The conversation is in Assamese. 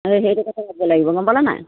লাগিব গম পালা নাই